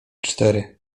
cztery